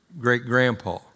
great-grandpa